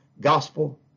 gospel